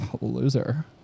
loser